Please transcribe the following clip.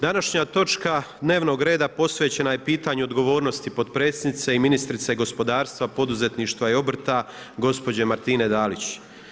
Današnja točka dnevnog reda posvećena je pitanju odgovornosti potpredsjednice i ministrice Gospodarstva, poduzetništva i obrta, gospođe Martine Dalić.